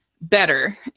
better